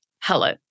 Hello